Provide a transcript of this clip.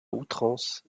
outrance